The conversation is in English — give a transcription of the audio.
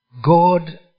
God